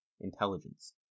Intelligence